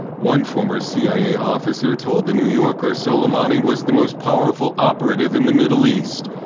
one former cia officer told the new yorker suleimani was the most powerful operative in the middle east.